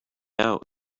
out